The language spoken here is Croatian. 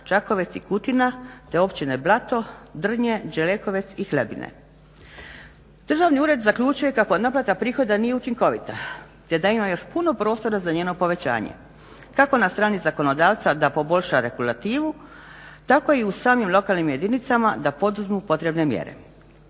Čakovec i Kutina, te općine Blato, Drnje, Đelekovec i Hlebine. Državni ured zaključio je kako naplata prihoda nije učinkovita, te da ima još puno prostora za njeno povećanje kako na strani zakonodavca da poboljša regulativu, tako i u samim lokalnim jedinicama da poduzmu potrebne mjere.